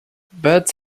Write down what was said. birds